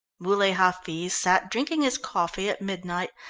muley hafiz sat drinking his coffee at midnight,